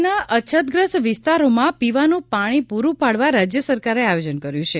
રાજ્યના અછતગ્રસ્ત વિસ્તારોમાં પીવાનું પાણી પુરૂં પાડવા રાજ્ય સરકારે આયોજન કર્યું છે